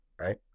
right